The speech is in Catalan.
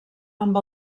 amb